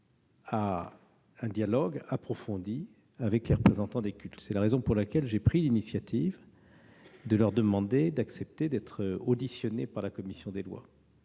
à un dialogue approfondi avec les représentants des cultes. C'est pourquoi j'ai pris l'initiative de leur demander d'être auditionnés par la commission des lois.